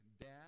dad